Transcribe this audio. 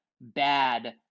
bad